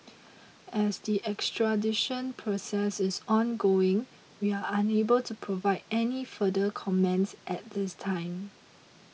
as the extradition process is ongoing we are unable to provide any further comments at this time